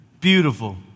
Beautiful